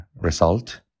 result